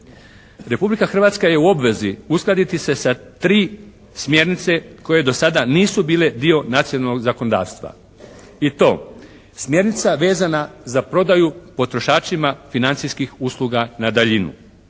Republika Hrvatska je u obvezi uskladiti se sa tri smjernice koje do sada nisu bile dio nacionalnog zakonodavstva. I to smjernica vezana za prodaju potrošačima financijskih usluga na daljinu,